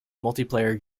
multiplayer